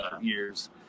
years